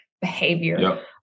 behavior